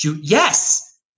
yes